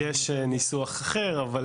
יש ניסוח דומה, אבל